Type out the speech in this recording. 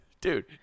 dude